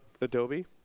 Adobe